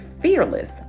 fearless